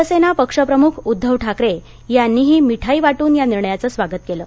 शिवसेना पक्षप्रमुख उद्दव ठाकरे यांनीही मिठाई वाटून या निर्णयाचं स्वागत केलं